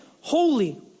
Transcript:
holy